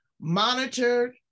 monitored